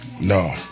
No